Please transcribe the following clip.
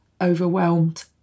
overwhelmed